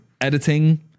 editing